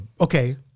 Okay